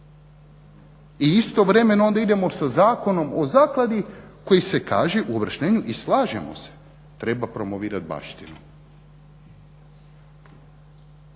i istovremeno onda idemo sa zakonom o zakladi koji se kaže u uvrštenju i slažemo se treba promovirati baštinu.